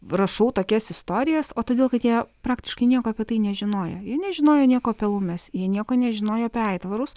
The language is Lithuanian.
rašau tokias istorijas o todėl kad jie praktiškai nieko apie tai nežinojo jie nežinojo nieko apie laumes jie nieko nežinojo apie aitvarus